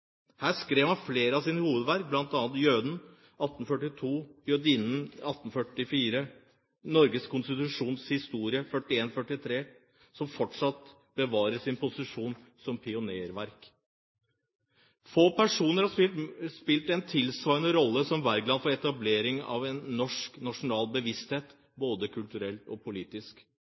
Her skrev han flere av sine hovedverk, bl.a. «Jøden» i 1842, «Jødinden» i 1844 og «Norges Konstitutions Historie» i 1841–43, som fortsatt bevarer sine posisjoner som pionerverk. Få personer har spilt en tilsvarende rolle som Wergeland for etableringen av en norsk nasjonal bevissthet, både kulturelt og politisk.